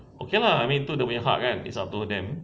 okay lah I mean tu dia punya hak kan it's up to them